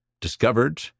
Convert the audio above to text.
discovered